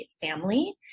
family